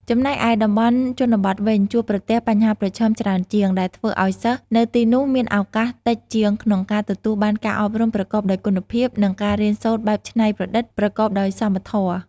ចំណែកឯតំបន់ជនបទវិញ ជួបប្រទះបញ្ហាប្រឈមច្រើនជាង ដែលធ្វើឱ្យសិស្សនៅទីនោះមានឱកាសតិចជាងក្នុងការទទួលបានការអប់រំប្រកបដោយគុណភាព និងការរៀនសូត្របែបច្នៃប្រឌិត ប្រកបដោយសមធម៌។